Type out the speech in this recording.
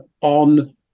on